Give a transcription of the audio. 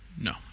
No